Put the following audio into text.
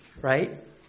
right